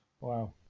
Wow